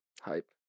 Hype